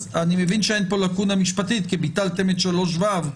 אני מבין שאין פה לקונה משפטית כי ביטלתם את 3(ו),